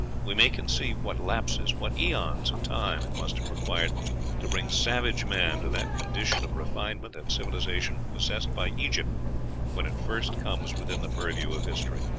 we may conceive what lapses, what aeons, of time it must have required to bring savage man to that condition of refinement and civilization possessed by egypt when it first comes within the purview of history.